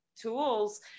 tools